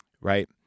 right